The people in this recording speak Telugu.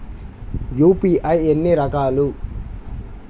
యూ.పీ.ఐ ఎన్ని రకాలు?